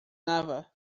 nava